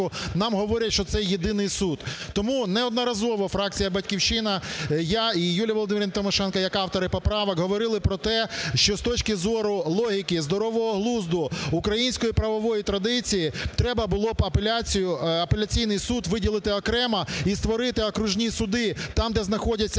нам говорять, що це єдиний суд. Тому неодноразово фракція "Батьківщина", я і Юлія Володимирівна Тимошенко як автори поправок, говорили про те, що з точки зору логіки і здорового глузду, української правової традиції треба було б апеляцію…. апеляційний суд виділити окремо і створити окружні суди там, де знаходяться